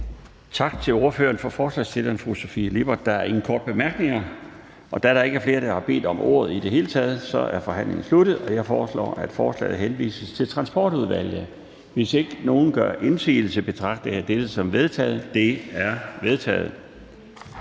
Tak til ordføreren for forslagsstillerne, fru Sofie Lippert. Da der ikke er flere, der har bedt om ordet i det hele taget, er forhandlingen sluttet. Jeg foreslår, at spørgsmålet henvises til Transportudvalget. Hvis ingen gør indsigelse, betragter jeg det som vedtaget. Det er vedtaget.